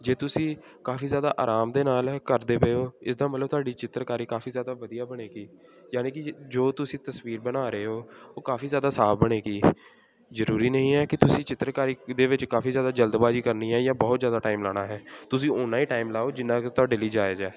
ਜੇ ਤੁਸੀਂ ਕਾਫੀ ਜ਼ਿਆਦਾ ਆਰਾਮ ਦੇ ਨਾਲ ਕਰਦੇ ਪਏ ਹੋ ਇਸ ਦਾ ਮਤਲਬ ਤੁਹਾਡੀ ਚਿੱਤਰਕਾਰੀ ਕਾਫੀ ਜ਼ਿਆਦਾ ਵਧੀਆ ਬਣੇਗੀ ਯਾਨੀ ਕਿ ਜੇ ਜੋ ਤੁਸੀਂ ਤਸਵੀਰ ਬਣਾ ਰਹੇ ਹੋ ਉਹ ਕਾਫੀ ਜ਼ਿਆਦਾ ਸਾਫ਼ ਬਣੇਗੀ ਜ਼ਰੂਰੀ ਨਹੀਂ ਹੈ ਕਿ ਤੁਸੀਂ ਚਿੱਤਰਕਾਰੀ ਦੇ ਵਿੱਚ ਕਾਫੀ ਜ਼ਿਆਦਾ ਜਲਦਬਾਜ਼ੀ ਕਰਨੀ ਹੈ ਜਾਂ ਬਹੁਤ ਜ਼ਿਆਦਾ ਟਾਈਮ ਲਾਉਣਾ ਹੈ ਤੁਸੀਂ ਉਨਾਂ ਹੀ ਟਾਈਮ ਲਾਓ ਜਿੰਨਾ ਕਿ ਤੁਹਾਡੇ ਲਈ ਜਾਇਜ਼ ਹੈ